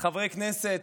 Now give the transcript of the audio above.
חברי כנסת,